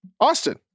Austin